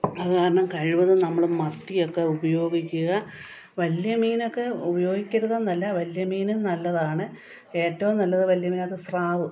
അതു കാരണം കഴിവതും നമ്മൾ മത്തിയൊക്കെ ഉപയോഗിക്കുക വലിയ മിനൊക്കെ ഉപയോഗിക്കരുതെന്നല്ല വലിയ മീനും നല്ലതാണ് ഏറ്റവും നല്ലത് വലിയ മീനിൻറ്റകത്ത് സ്രാവ്